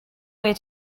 way